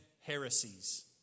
heresies